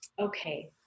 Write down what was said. okay